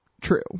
true